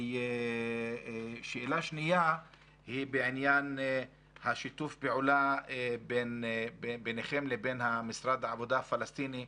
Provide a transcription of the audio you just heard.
שאלה שנייה היא בעניין שיתוף הפעולה ביניכם ובין משרד העבודה הפלסטיני,